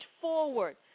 forward